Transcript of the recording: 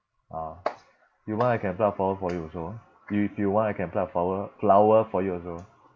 orh you want I can pluck flower for you also if you want I can pluck flower flower for you also